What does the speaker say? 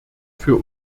für